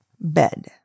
bed